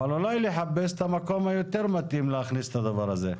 אבל אולי לחפש את המקום היותר מתאים להכניס את הדבר הזה.